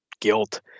guilt